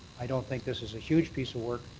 i don't think this is a huge piece of work.